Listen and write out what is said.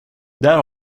där